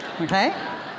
Okay